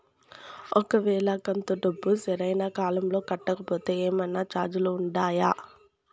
ఒక వేళ కంతు డబ్బు సరైన కాలంలో కట్టకపోతే ఏమన్నా చార్జీలు ఉండాయా?